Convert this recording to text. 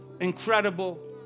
incredible